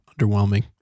underwhelming